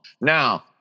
Now